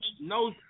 No